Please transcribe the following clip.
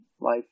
life